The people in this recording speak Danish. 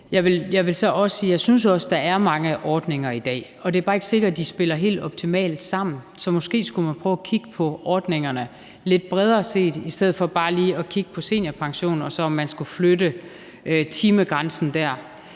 også synes, at der er mange ordninger i dag. Det er bare ikke sikkert, at de spiller helt optimalt sammen. Så måske skulle man prøve at kigge på ordningerne lidt bredere i stedet for bare lige at kigge på seniorpensionen og på, om man skulle flytte timegrænsen der.